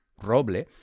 roble